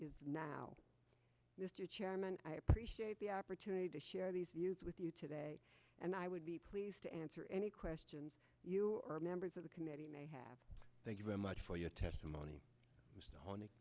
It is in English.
is now mr chairman i appreciate the opportunity to share these with you today and i would be pleased to answer any questions you or members of the committee may have thank you very much for your testimony